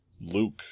Luke